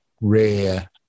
rare